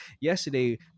yesterday